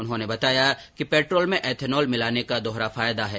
उन्होंने बताया कि पैट्रॉल में इथेनॉल मिलाने का दोहरा फायदा है